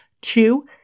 Two